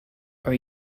are